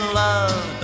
love